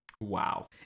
Wow